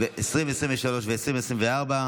2023 ו-2024),